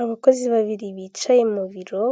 Inzu ifite ibara ry'umweru ndetse n'inzugi zifite